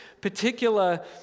particular